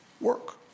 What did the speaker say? work